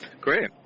Great